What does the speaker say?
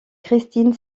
christine